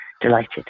delighted